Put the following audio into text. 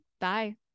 Bye